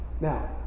Now